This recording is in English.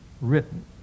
written